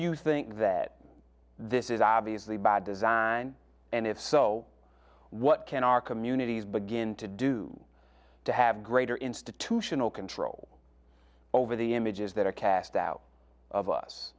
you think that this is obviously bad design and if so what can our communities begin to do to have greater institutional control over the images that are cast out of us